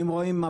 אם רואים,